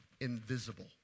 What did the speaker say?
invisible